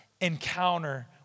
encounter